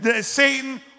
Satan